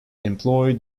employed